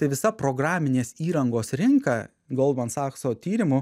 tai visa programinės įrangos rinka goldman sachso tyrimu